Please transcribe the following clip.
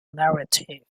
narrative